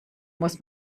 muss